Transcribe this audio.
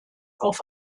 auf